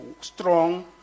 strong